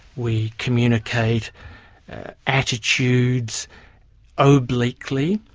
we communicate attitudes obliquely,